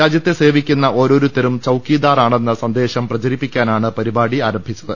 രാജ്യത്തെ സേവിക്കുന്ന ഓരോരുത്തരും ചൌക്കീദാറാണെന്ന സന്ദേശം പ്രചരിപ്പിക്കാനാണ് പരിപാടി ആരംഭിച്ചത്